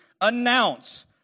announce